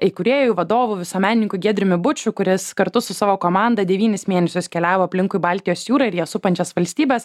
įkūrėjų vadovų visuomenininkų giedriumi buču kuris kartu su savo komanda devynis mėnesius keliavo aplinkui baltijos jūrą ir ją supančias valstybes